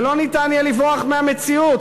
ולא יהיה אפשר לברוח מהמציאות,